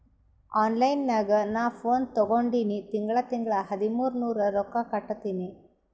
online ನಾಗ್ ನಾ phone ತಗೊಂಡಿನಿ ತಿಂಗಳಾ ತಿಂಗಳಾ ಹದಿಮೂರ್ ನೂರ್ ರೊಕ್ಕಾ ಕಟ್ಟತ್ತಿನಿ